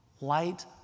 light